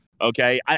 Okay